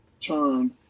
turn